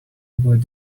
what